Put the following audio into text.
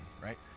right